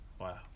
Wow